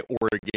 Oregon